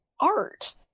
art